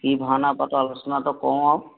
কি ভাওনা পাতে আলোচনাটো কৰোঁ আৰু